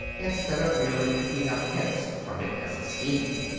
instead of merely picking up hints from it as a scheme.